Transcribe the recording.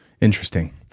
Interesting